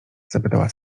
zapytała